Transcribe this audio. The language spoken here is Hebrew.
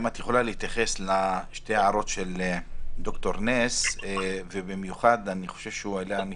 אם את יכולה להתייחס לשתי ההערות של ד"ר נס ובמיוחד לנקודה